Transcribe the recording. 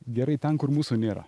gerai ten kur mūsų nėra